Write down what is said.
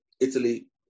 Italy